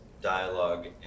dialogue